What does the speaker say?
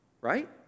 right